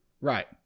right